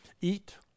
Eat